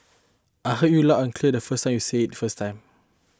I heard you loud and clear for say you said it first time